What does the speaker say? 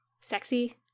sexy